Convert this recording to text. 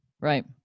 Right